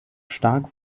stark